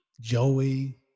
Joey